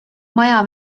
maja